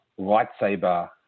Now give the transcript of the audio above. lightsaber